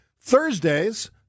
Thursdays